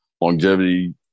longevity